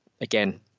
again